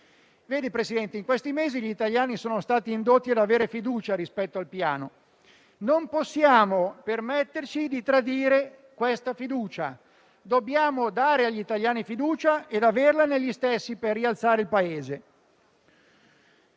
Signor Presidente, in questi mesi gli italiani sono stati indotti ad avere fiducia rispetto al Piano: non possiamo permetterci di tradire questa fiducia. Dobbiamo dare agli italiani fiducia ed averla negli stessi, per rialzare il Paese.